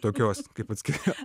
tokios kaip atskira